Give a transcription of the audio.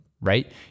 right